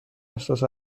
احساس